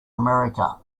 america